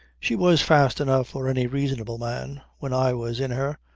she was fast enough for any reasonable man when i was in her,